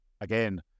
Again